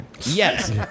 Yes